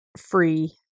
free